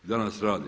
Danas radi.